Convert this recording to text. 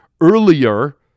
earlier